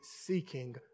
seeking